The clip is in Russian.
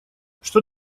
что